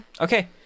okay